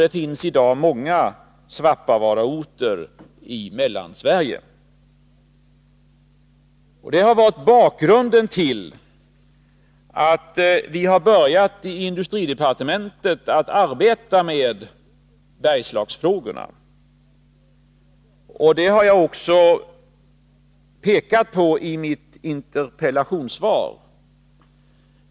Det finns i dag många Svappavaara-orter i Mellansverige. Detta är bakgrunden till att vi i industridepartementet har börjat att arbeta med Bergslagsfrågorna. Detta har jag också påpekat i mitt interpellationssvar.